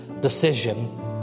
decision